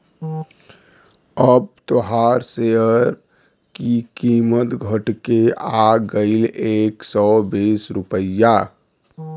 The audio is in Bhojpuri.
अब तोहार सेअर की कीमत घट के आ गएल एक सौ बीस रुपइया